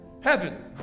Heaven